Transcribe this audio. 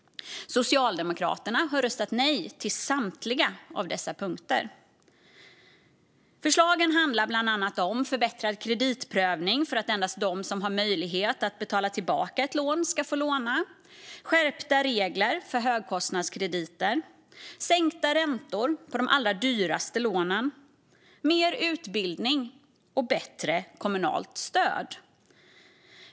Socialdemokraterna har röstat nej till samtliga av dessa punkter. Förslagen handlar bland annat om förbättrad kreditprövning för att endast de som har möjlighet att betala tillbaka ett lån ska få låna, skärpta regler för högkostnadskrediter, sänkta räntor på de allra dyraste lånen, mer utbildning och bättre kommunalt stöd.